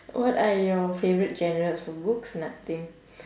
what are your favourite genres from books nothing